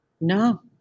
No